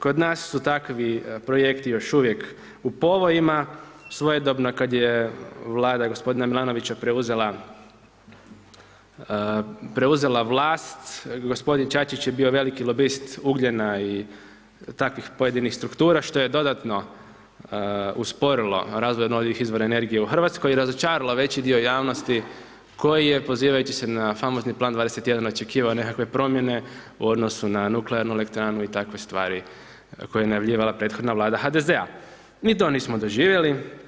Kod nas su takvi projekti još uvijek u povojima, svojedobno kad je Vlada gospodina Milanovića preuzela vlast, gospodin Čačić je bio veliki lobist ugljena i takvih pojedinih struktura što je dodatno usporilo razvoj obnovljivih izvora energije u Hrvatskoj i razočarala veći dio javnosti koji je pozivajući se na famozni Plan 21 očekivao nekakve promjene u odnosu na nuklearnu elektranu i takve stvari koje je najavljivala prethodna Vlada HDZ-a, i to nismo doživjeli.